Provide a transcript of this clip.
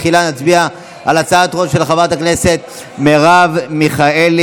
תחילה נצביע על הצעת החוק של חברת הכנסת מרב מיכאלי.